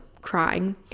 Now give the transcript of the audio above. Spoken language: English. crying